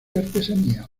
artesanía